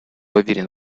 уверен